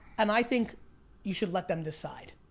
and i think you should let them decide.